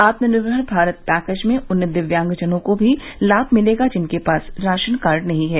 आत्मनिर्भर भारत पैकेज में उन दिव्यागजनों को भी लाभ मिलेगा जिनके पास राशन कार्ड नहीं है